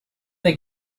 they